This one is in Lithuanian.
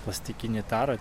plastikinėj taroj